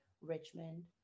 richmond